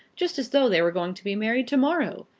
just as though they were going to be married to-morrow.